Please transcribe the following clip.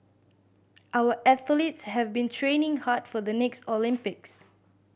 our athletes have been training hard for the next Olympics